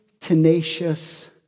tenacious